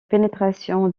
pénétration